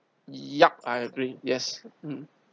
yup I agree yes mm